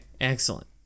Excellent